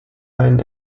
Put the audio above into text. einen